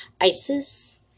ISIS